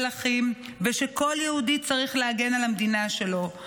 אחים ושכל יהודי צריך להגן על המדינה שלו.